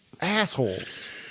assholes